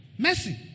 Mercy